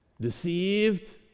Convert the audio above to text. deceived